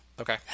Okay